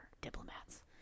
diplomats